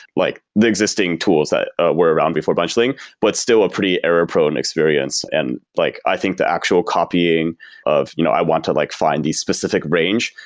like the existing tools that were around before benchling, but still a pretty error-prone experience. and like i think the actual copying of you know i want to like find the specific range,